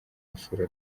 gusura